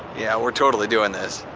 yeah, we're totally doing this.